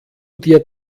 dir